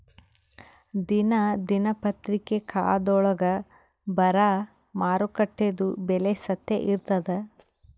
ದಿನಾ ದಿನಪತ್ರಿಕಾದೊಳಾಗ ಬರಾ ಮಾರುಕಟ್ಟೆದು ಬೆಲೆ ಸತ್ಯ ಇರ್ತಾದಾ?